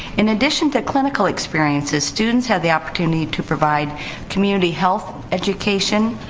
in addition to clinical experiences, students have the opportunity to provide community health education.